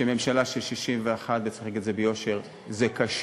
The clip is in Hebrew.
שממשלה של 61, וצריך להגיד את זה ביושר, זה קשה.